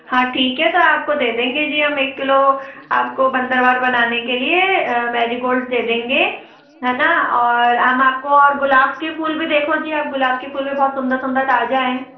हाँ ठीक है तो आपको दे देंगे जी हम एक किलो आपको बंदरवाल बनाने के लिये मेरीगोल्ड दे देंगे है ना और हम आपको और गुलाब के फूल भी देखो जी गुलाब के फूल भी सुंदर सुंदर ताज़ा है